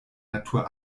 natur